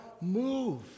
move